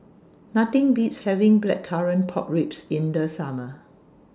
Nothing Beats having Blackcurrant Pork Ribs in The Summer